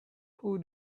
who